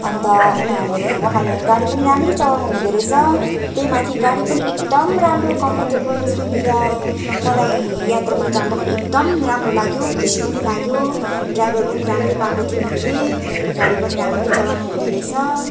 अन्त उनीहरूले उहाँले गाडी पनि राम्ररी चलाउनु हुँदो रहेछ त्यही माथि गाडी पनि एकदम राम्रो कम्फर्टेबल सुविधा मलाई यात्रामा जाँदाखेरि एकदम राम्रो लाग्यो खुसी पनि लाग्यो ड्राइभर पनि राम्रै पाएको थिएँ मैले गाडी पनि राम्ररी चलाउनु हुँदो रहेछ